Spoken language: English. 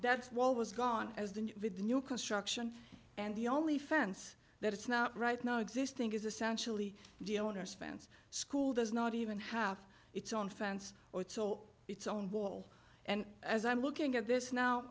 that's wall was gone as the new with new construction and the only fence that it's not right now existing is essentially the owner's fence school does not even have its own fence or so its own wall and as i'm looking at this now